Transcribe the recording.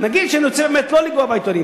נגיד שאני רוצה באמת לא לפגוע בעיתונים,